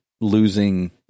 losing